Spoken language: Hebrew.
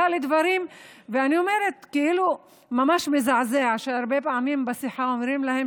ממש מזעזע שהרבה פעמים בשיחה אומרים להם